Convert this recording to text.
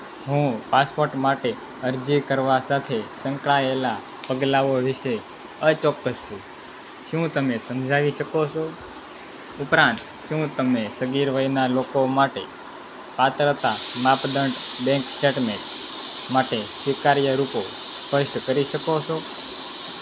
હું પાસપોર્ટ માટે અરજી કરવા સાથે સંકળાયેલા પગલાંઓ વિશે અચોક્કસ છું શું તમે સમજાવી શકો છો ઉપરાંત શું તમે સગીર વયનાં લોકો માટે પાત્રતા માપદંડ બેંક સ્ટેટમેન્ટ માટે સ્વીકાર્ય રૂપો સ્પષ્ટ કરી શકો છો